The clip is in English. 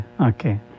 okay